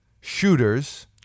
Shooters